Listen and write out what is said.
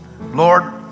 Lord